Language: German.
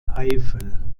eifel